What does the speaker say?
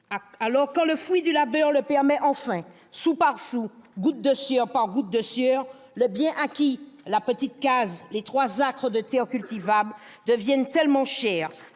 Alors, quand le fruit du labeur le permet enfin, sou par sou, goutte de sueur par goutte de sueur, le bien acquis, la petite case, les trois acres de terre cultivable deviennent tellement chers,